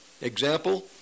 Example